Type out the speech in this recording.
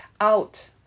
out